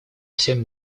всем